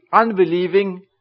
unbelieving